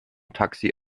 taxi